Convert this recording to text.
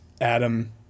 Adam